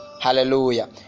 hallelujah